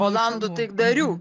olandų taikdarių